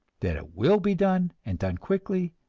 that it will be done, and done quickly,